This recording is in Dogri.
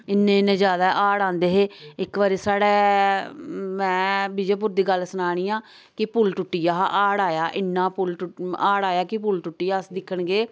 इन्ने इन्ने ज्यादा हाड़ आंदे हे एक्क बारी स्हाढ़ै मैं विजयपुर दी गल्ल सना नी आं कि पुल टुट्टी गेआ हाड़ आया इन्ना पुल टुट्टी हाड़ आया कि पुल टुट्टी गेआ अस्स दिक्खन गे